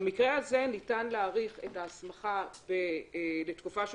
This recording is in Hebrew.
במקרה הזה ניתן להאריך את ההסמכה לתקופה של